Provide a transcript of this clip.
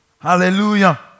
Hallelujah